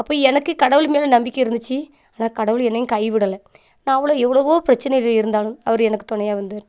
அப்போ எனக்கு கடவுள் மேலே நம்பிக்கை இருந்துச்சு ஆனால் கடவுள் என்னையும் கை விடலை நான் கூட எவ்வளோவோ பிரச்சனையில் இருந்தாலும் அவர் எனக்கு துணையா வந்தார்